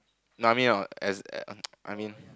mummy or as I mean